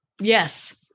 Yes